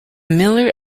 miller